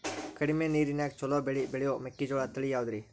ಕಡಮಿ ನೇರಿನ್ಯಾಗಾ ಛಲೋ ಬೆಳಿ ಬೆಳಿಯೋ ಮೆಕ್ಕಿಜೋಳ ತಳಿ ಯಾವುದ್ರೇ?